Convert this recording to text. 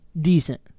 Decent